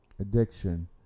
addiction